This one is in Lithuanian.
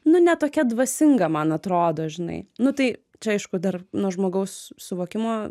nu ne tokia dvasinga man atrodo žinai nu tai čia aišku dar nuo žmogaus suvokimo